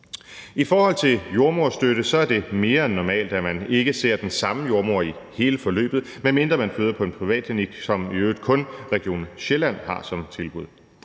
I forhold til jordemoderstøtte er det mere end normalt, at man ikke ser den samme jordemoder i hele forløbet, medmindre man føder på en privatklinik, som jo i øvrigt kun Region Sjælland har som tilbud.